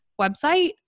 website